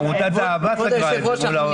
עמותת אהב"ה צריכה --- מול האוצר.